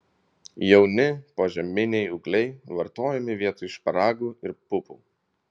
jauni požeminiai ūgliai vartojami vietoj šparagų ir pupų